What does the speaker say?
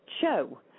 show